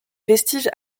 vestiges